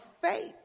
faith